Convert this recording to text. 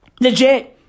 Legit